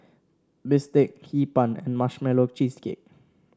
bistake Hee Pan and Marshmallow Cheesecake